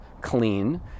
clean